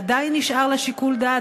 עדיין נשאר לה שיקול דעת,